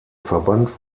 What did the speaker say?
verband